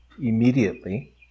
immediately